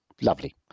lovely